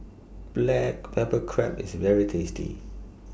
Black Pepper Crab IS very tasty